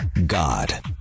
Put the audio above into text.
God